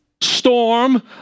storm